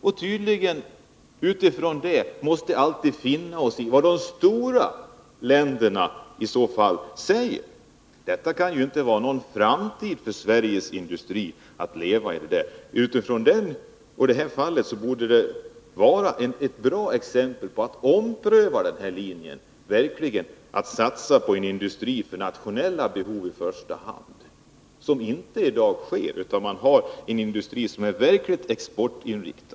Och tydligen måste vi därför finna oss i vad de stora länderna säger. Det kan ju inte vara någon framtid för Sveriges industri att arbeta under sådana förhållanden. Det här fallet borde vara ett bra argument för att man verkligen skall göra en omprövning och satsa på en industri för nationella behov i första hand. Detta gör man inte i dag, utan man har en industri som är verkligt exportinriktad.